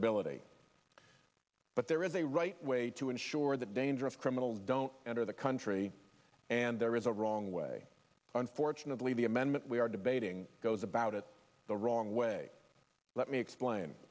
ibility but there is a right way to ensure that dangerous criminals don't enter the country and there is a wrong way unfortunately the amendment we are debating goes about it the wrong way let me explain